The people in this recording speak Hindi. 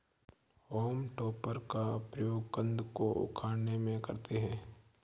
होम टॉपर का प्रयोग कन्द को उखाड़ने में करते हैं